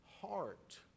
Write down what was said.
heart